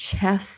chest